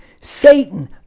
Satan